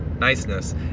niceness